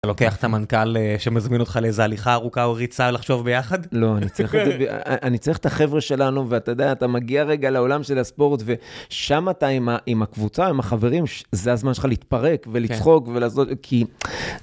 אתה לוקח את המנכ״ל שמזמין אותך לאיזה הליכה ארוכה או ריצה לחשוב ביחד? לא, אני צריך את החבר'ה שלנו, ואתה יודע, אתה מגיע רגע לעולם של הספורט, ושם אתה עם הקבוצה, עם החברים, זה הזמן שלך להתפרק ולצחוק ולזוז, כי...